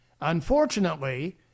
Unfortunately